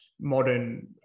modern